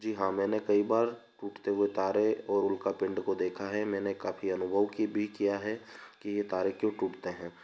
जी हाँ मैंने कई बार टूटते हुए तारे और उल्का पिंड को देखा है मैंने काफ़ी अनुभव की भी किया है कि ये तारे क्यों टूटते हैं